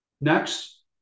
Next